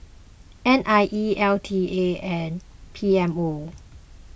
N I E L T A and P M O